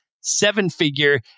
seven-figure